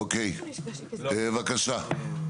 אוקיי, בבקשה.